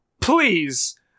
Please